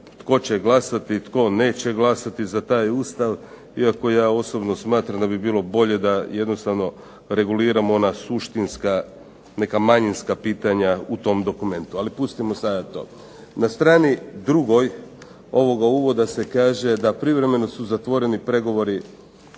tko će glasati, tko neće glasati za taj Ustav. Iako ja osobno smatram da bi bilo bolje da jednostavno reguliramo ona suštinska neka manjinska pitanja u tom dokumentu, ali pustimo sada to. Na str. 2. ovoga uvoda se kaže da privremeno su zatvoreni pregovori